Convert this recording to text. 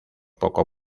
poco